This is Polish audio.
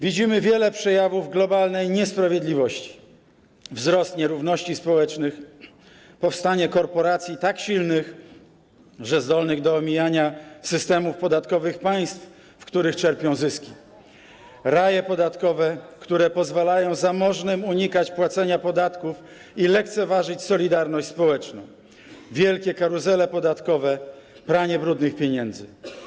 Widzimy wiele przejawów globalnej niesprawiedliwości: wzrost nierówności społecznych, powstanie korporacji tak silnych, że zdolnych do omijania systemów podatkowych państw, w których czerpią zyski, raje podatkowe, które pozwalają zamożnym unikać płacenia podatków i lekceważyć solidarność społeczną, wielkie karuzele podatkowe, pranie brudnych pieniędzy.